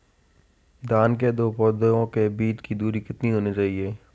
धान के दो पौधों के बीच की दूरी कितनी होनी चाहिए?